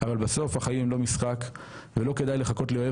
אבל בסוף החיים הם לא משחק ולא כדאי לחכות לאויב